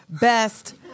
best